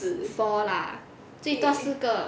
four lah 最多四个